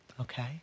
okay